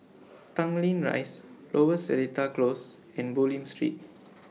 Tanglin Rise Lower Seletar Close and Bulim Street